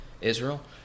Israel